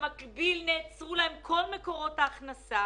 בתקופה הזאת נעצרו להם כל מקורות ההכנסה